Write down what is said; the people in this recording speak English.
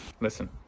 Listen